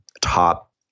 top